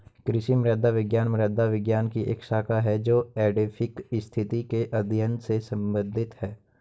कृषि मृदा विज्ञान मृदा विज्ञान की एक शाखा है जो एडैफिक स्थिति के अध्ययन से संबंधित है